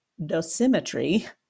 dosimetry